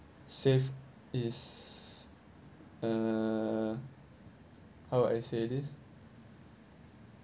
save is uh how would I say this